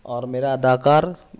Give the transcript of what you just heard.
اور میرا اداکار